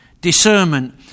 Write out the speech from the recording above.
discernment